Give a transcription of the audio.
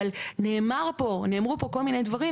אבל נאמרו פה כל מיני דברים,